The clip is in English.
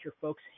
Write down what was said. folks